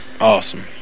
Awesome